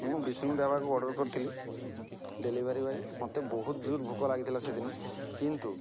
ମୁଁ ବିଷ୍ଣୁ ଢେବାକୁ ଅର୍ଡ଼ର୍ କରିଥିଲି ଡେଲିଭରି ବଏ ମତେ ବହୁତ ଜୋରରେ ଭୋକ ଲାଗିଥିଲା ସେଦିନ କିନ୍ତୁ